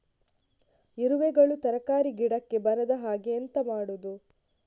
ಇರುವೆಗಳು ತರಕಾರಿ ಗಿಡಕ್ಕೆ ಬರದ ಹಾಗೆ ಎಂತ ಮಾಡುದು?